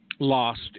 Lost